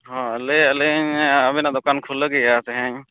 ᱦᱚᱸ ᱞᱟᱹᱭᱮᱫᱼᱟᱞᱤᱧ ᱟᱵᱮᱱᱟᱜ ᱫᱚᱠᱟᱱ ᱠᱷᱩᱞᱟᱹᱣ ᱜᱮᱭᱟ ᱛᱮᱦᱮᱧ